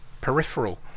peripheral